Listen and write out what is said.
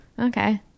Okay